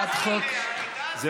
סליחה, מה זה לינץ'?